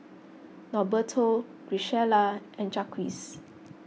Norberto Graciela and Jacques